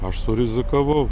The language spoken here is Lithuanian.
aš surizikavau